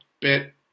bit